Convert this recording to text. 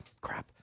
crap